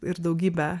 ir daugybė